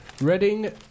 Reading